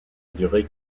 duré